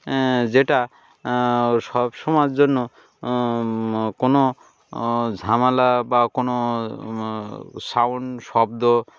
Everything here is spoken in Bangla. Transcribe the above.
যেটা সব সময় জন্য কোনো ঝামেলা বা কোনো সাউন্ড শব্দ